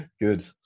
good